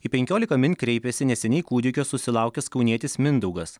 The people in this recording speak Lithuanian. į penkiolika min kreipėsi neseniai kūdikio susilaukęs kaunietis mindaugas